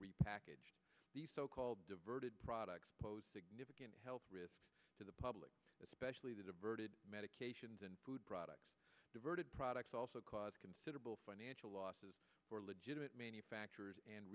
repackaged the so called diverted products pose significant health risks to the public especially the diverted medications and food products diverted products also cause considerable financial losses for legitimate manufacturers and